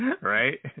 Right